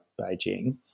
Beijing